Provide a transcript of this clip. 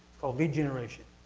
called lead generation.